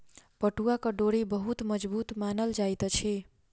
पटुआक डोरी बहुत मजबूत मानल जाइत अछि